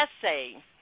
essay